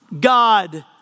God